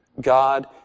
God